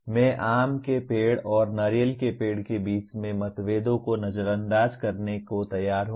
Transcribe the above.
मैं आम के पेड़ और नारियल के पेड़ के बीच के मतभेदों को नजरअंदाज करने को तैयार हूं